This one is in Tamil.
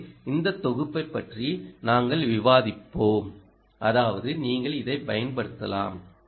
எனவே இந்த தொகுப்பைப் பற்றி நாங்கள் விவாதிப்போம் அதாவது நீங்கள் இதைப் பயன்படுத்தலாம்